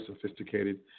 Sophisticated